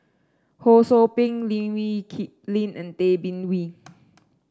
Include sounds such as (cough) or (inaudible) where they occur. Ho Sou Ping Lee (unintelligible) Kip Lin and Tay Bin Wee (noise)